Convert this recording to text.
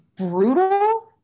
brutal